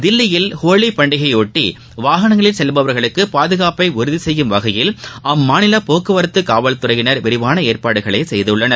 தில்லியில் ஹோலி பண்டிகையையொட்டி வாகனங்களில் செல்பவர்களுக்கு பாதுகாப்பை உறுதி செய்யும் வகையில் அம்மாநில போக்குவரத்து காவல்துறையினர் விரிவான ஏற்பாடுகளை செய்துள்ளனர்